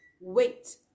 wait